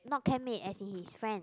not camp mates actually is friends